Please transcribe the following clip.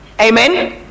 amen